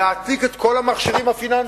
להעתיק את כל המכשירים הפיננסיים.